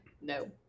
no